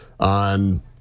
on